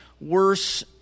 worse